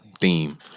theme